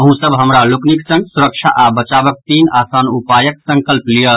अहूँ सब हमरा लोकनिक संग सुरक्षा आ बचावक तीन आसान उपायक संकल्प लियऽ